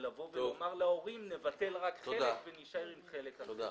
ולומר להורים: נבטל רק חלק ונישאר עם חלק אחר.